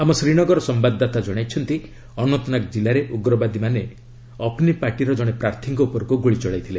ଆମ ଶ୍ରୀନଗର ସମ୍ବାଦଦାତା ଜଣାଇଛନ୍ତି ଅନନ୍ତନାଗ ଜିଲ୍ଲାରେ ଉଗ୍ରବାଦୀମାନେ ଅପନିପାର୍ଟିର ଜଣେ ପ୍ରାର୍ଥୀଙ୍କ ଉପରକୁ ଗୁଳି ଚଳାଇଥିଲେ